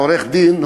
העורך-דין,